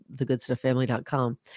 thegoodstufffamily.com